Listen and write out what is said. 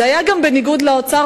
זה היה בניגוד לאוצר,